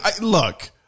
look